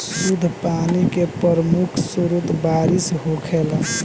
शुद्ध पानी के प्रमुख स्रोत बारिश होखेला